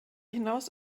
hinaus